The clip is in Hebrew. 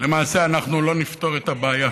למעשה אנחנו לא נפתור את הבעיה,